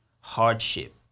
hardship